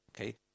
Okay